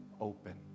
open